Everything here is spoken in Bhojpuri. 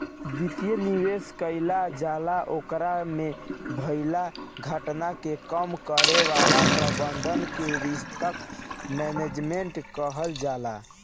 वित्तीय निवेश कईल जाला ओकरा में भईल घाटा के कम करे वाला प्रबंधन के रिस्क मैनजमेंट कहल जाला